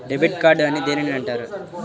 Debit card అని దేనిని అంటారు?